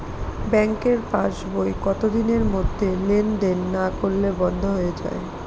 ব্যাঙ্কের পাস বই কত দিনের মধ্যে লেন দেন না করলে বন্ধ হয়ে য়ায়?